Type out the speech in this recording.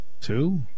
Two